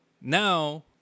Now